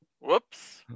Whoops